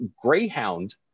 Greyhound